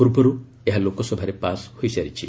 ପୂର୍ବରୁ ଏହା ଲୋକସଭାରେ ପାସ୍ ହୋଇସାରିଛି